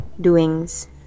doings